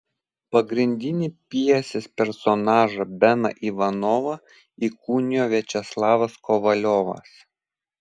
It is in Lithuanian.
pagrindinį pjesės personažą beną ivanovą įkūnijo viačeslavas kovaliovas